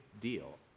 deal